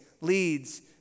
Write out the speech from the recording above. leads